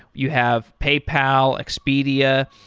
you have paypal, expedia,